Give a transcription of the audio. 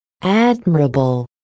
Admirable